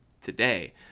today